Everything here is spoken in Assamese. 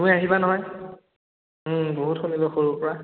তুমি আহিবা নহয় বহুত শুনিলোঁ সৰুৰ পৰা